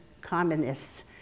communists